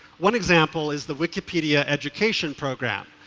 one example is the wikipedia education program,